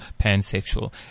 pansexual